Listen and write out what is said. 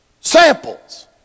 Samples